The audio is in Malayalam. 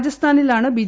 രാജസ്ഥാനിലാണ് ബി